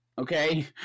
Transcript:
Okay